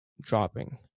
dropping